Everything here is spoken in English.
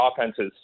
offenses